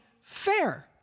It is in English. fair